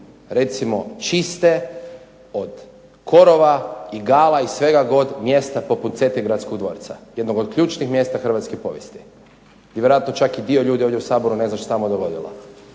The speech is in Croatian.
recimo čiste od korova, igala i svega god mjesta poput Cetingradskog dvorca, jednog od ključnih mjesta hrvatske povijesti. I vjerojatno čak i dio ljudi ovdje u Saboru ne zna šta se tamo dogodilo.